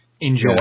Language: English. enjoy